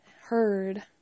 heard